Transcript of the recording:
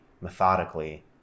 methodically